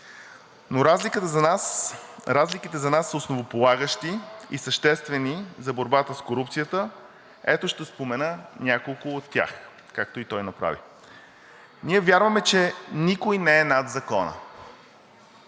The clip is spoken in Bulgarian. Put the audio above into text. но разликите за нас са основополагащи и съществени за борбата с корупцията. Ще спомена няколко от тях, както и той направи. Ние вярваме, че никой не е над закона,